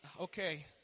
Okay